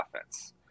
offense